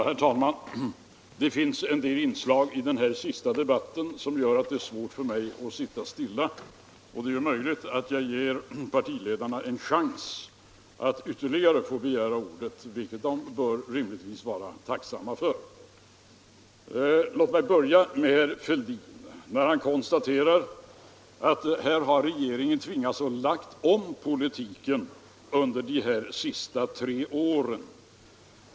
Herr talman! Det finns en del inslag i den senaste diskussionen som gör att det är svårt för mig att sitta stilla, och det är möjligt att jag därmed ger partiledarna ytterligare chanser att begära ordet, vilket de rimligtvis bör vara tacksamma för. Herr Fälldin konstaterar att regeringen har tvingats lägga om politiken under de senaste tre åren.